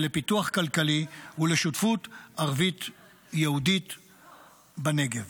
ולפיתוח כלכלי ולשותפות ערבית-יהודית בנגב.